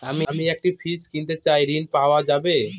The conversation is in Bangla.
আমি একটি ফ্রিজ কিনতে চাই ঝণ পাওয়া যাবে?